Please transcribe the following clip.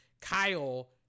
Kyle